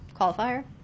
qualifier